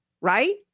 Right